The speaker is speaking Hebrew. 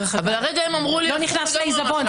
הרגע הם אמרו לי הפוך ממה שאמרת.